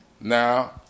Now